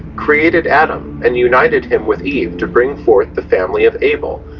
created adam and united him with eve to bring forth the family of abel,